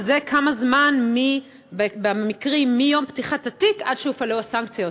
כמה זמן עבר מיום פתיחת התיק עד שהופעלו הסנקציות.